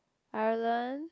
Ireland